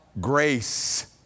grace